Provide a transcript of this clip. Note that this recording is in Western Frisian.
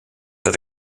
dat